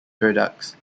products